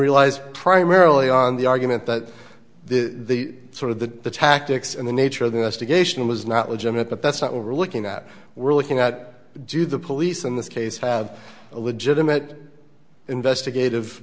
realized primarily on the argument that the sort of the tactics and the nature of the nasty geisha was not legitimate but that's not what we're looking at we're looking at do the police in this case have a legitimate investigative